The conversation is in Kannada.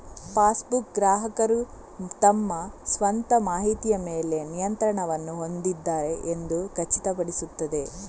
ಪಾಸ್ಬುಕ್, ಗ್ರಾಹಕರು ತಮ್ಮ ಸ್ವಂತ ಮಾಹಿತಿಯ ಮೇಲೆ ನಿಯಂತ್ರಣವನ್ನು ಹೊಂದಿದ್ದಾರೆ ಎಂದು ಖಚಿತಪಡಿಸುತ್ತದೆ